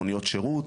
מוניות שירות,